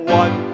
one